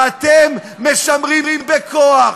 ואתם משמרים בכוח,